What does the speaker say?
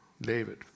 David